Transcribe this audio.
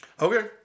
Okay